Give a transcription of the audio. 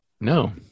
No